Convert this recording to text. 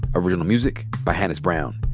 original music by hannis brown.